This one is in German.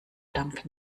dank